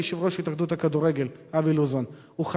היא ליושב-ראש התאחדות הכדורגל אבי לוזון.